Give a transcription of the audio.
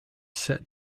set